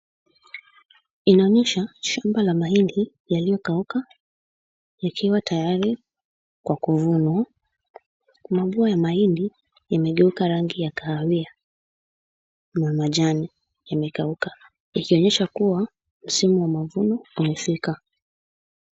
Inaonyesha shamba la mahindi, yaliyokauka, yakiwa tayari kwa kuvunwa. Juu ya mahindi yamegeuka rangi ya kahawia, na majani yamekauka. Ikionyesha kuwa mfumo wa mavuno umefika.